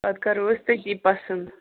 پتہٕ کرو أسۍ تٔتی پسنٛد